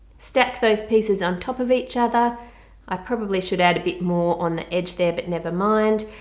stack those pieces on top of each other i probably should add a bit more on the edge there but never mind.